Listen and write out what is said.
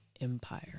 empire